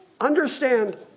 understand